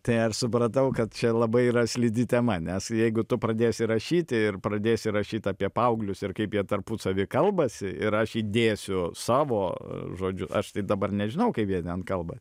tai ar supratau kad čia labai yra slidi tema nes jeigu tu pradėsi rašyti ir pradėsi rašyti apie paauglius ir kaip jie tarpusavy kalbasi ir aš įdėsiu savo žodžiu aš tai dabar nežinau kaip jie ten kalba